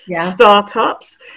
startups